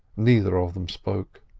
neither of them spoke.